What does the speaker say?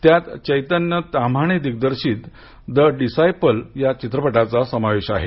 त्यात चैतन्य ताम्हाणे दिग्दर्शित the disciple या चित्रपटाचा समावेश आहे